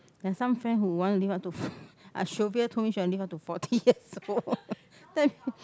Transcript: there are some friends who want to live up to Shovia told me she want to live up to forty years old